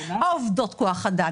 עובדות כוח אדם,